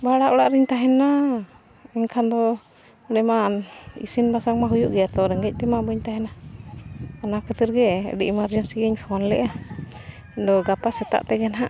ᱵᱷᱟᱲᱟ ᱚᱲᱟᱜ ᱨᱤᱧ ᱛᱟᱦᱮᱱᱟ ᱮᱱᱠᱷᱟᱱ ᱫᱚ ᱚᱸᱰᱮ ᱢᱟ ᱤᱥᱤᱱ ᱵᱟᱥᱟᱝ ᱢᱟ ᱦᱩᱭᱩᱜ ᱜᱮᱭᱟ ᱛᱚ ᱨᱮᱸᱜᱮᱡ ᱛᱮᱢᱟ ᱵᱟᱹᱧ ᱛᱟᱦᱮᱱᱟ ᱚᱱᱟ ᱠᱷᱟᱹᱛᱤᱨ ᱜᱮ ᱟᱹᱰᱤ ᱮᱢᱟᱨᱡᱮᱱᱥᱤᱧ ᱯᱷᱳᱱ ᱞᱮᱜᱼᱟ ᱤᱧ ᱫᱚ ᱜᱟᱯᱟ ᱥᱮᱛᱟᱜ ᱛᱮᱜᱮ ᱦᱟᱜ